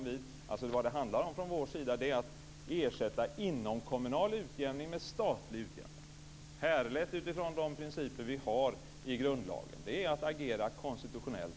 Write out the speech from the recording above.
Vad det från vår sida handlar om är att ersätta inomkommunal utjämning med statlig utjämning, härlett utifrån de principer vi har i grundlagen. Det är att agera konstitutionellt.